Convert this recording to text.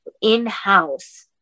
in-house